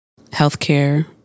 healthcare